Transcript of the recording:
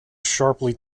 sharply